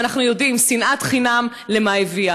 ואנחנו יודעים שנאת חינם למה הביאה.